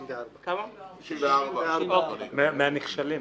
94. מהנכשלים.